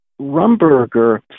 Rumberger